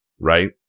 right